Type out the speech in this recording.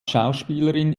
schauspielerin